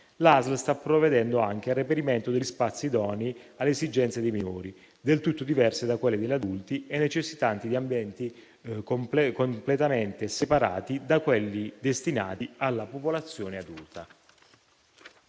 La ASL sta provvedendo anche al reperimento degli spazi idonei alle esigenze dei minori, del tutto diverse da quelle degli adulti e necessitanti di ambienti completamente separati da quelli destinati alla popolazione adulta.